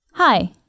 Hi